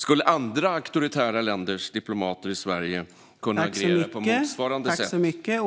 Skulle andra auktoritära länders diplomater i Sverige kunna agera på motsvarande sätt utan att bli hemskickade?